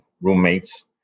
roommates